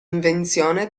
invenzione